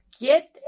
get